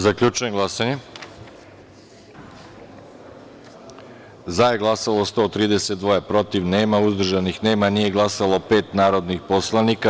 Zaključujem glasanje: za – 132, protiv – niko, uzdržanih – nema, nije glasalo – pet narodnih poslanika.